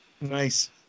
Nice